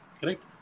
Correct